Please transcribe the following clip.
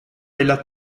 della